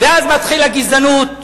ואז מתחיל הגזענות,